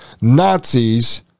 Nazis